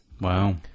Wow